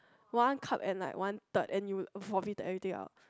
one cup and like one third and you vomit the everything out